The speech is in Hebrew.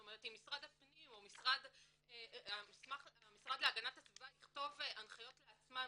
זאת אומרת אם משרד הפנים או המשרד להגנת הסביבה יכתבו הנחיות לעצמם